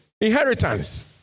inheritance